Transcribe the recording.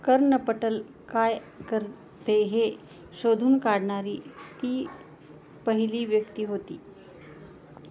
कर्णपटल काय करते हे शोधून काढणारी ती पहिली व्यक्ती होती